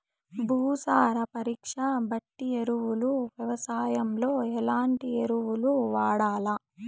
భూసార పరీక్ష బట్టి ఎరువులు వ్యవసాయంలో ఎట్లాంటి ఎరువులు వాడల్ల?